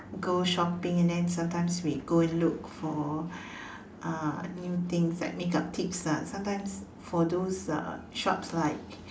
go shopping and then something we go and look for uh new things like makeup tips lah sometime for those uh shops like